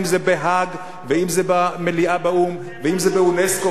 אם בהאג ואם במליאה באו"ם ואם באונסק"ו,